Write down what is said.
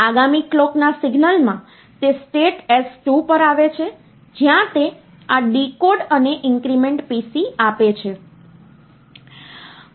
આગામી કલોકના સિગ્નલમાં તે સ્ટેટ s2 પર આવે છે જ્યાં તે આ ડીકોડ અને ઇન્ક્રીમેન્ટ PC આપે છે